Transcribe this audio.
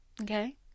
okay